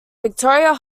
victoria